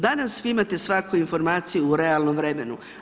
Danas vi imate svaku informaciju u realnom vremenu.